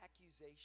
accusation